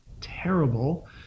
terrible